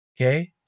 Okay